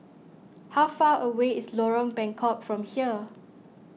how far away is Lorong Bengkok from here